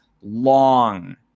long